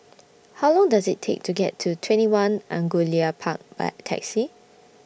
How Long Does IT Take to get to TwentyOne Angullia Park By Taxi